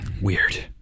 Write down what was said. Weird